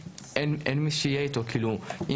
אין מי שיהיה עם מי שרוצה לשלוח יד בנפשו.